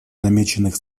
намеченных